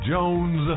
Jones